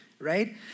right